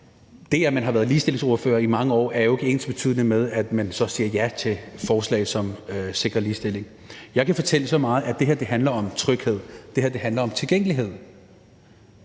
det, at nogen har været ligestillingsordfører i mange år, ikke er ensbetydende med, at de så også siger ja til forslag, som sikrer ligestilling. Jeg kan fortælle så meget, at det her handler om tryghed. Det her handler om tilgængelighed,